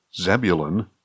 Zebulun